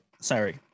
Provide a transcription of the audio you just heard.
Sorry